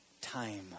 time